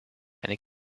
eine